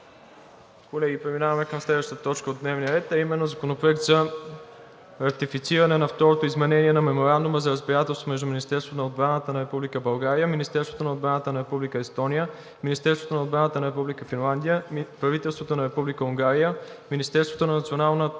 колеги народни представители, „ДОКЛАД относно Законопроект за ратифициране на Второто изменение на Меморандума за разбирателство между Министерството на отбраната на Република България, Министерството на отбраната на Република Естония, Министерството на отбраната на Република Финландия, правителството на Република Унгария, Министерството на националната